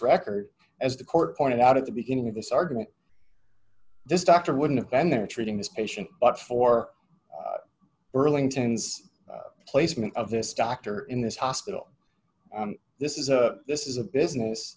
record as the court pointed out at the beginning of this argument this doctor wouldn't have and they're treating this patient but for burlington's placement of this doctor in this hospital this is a this is a business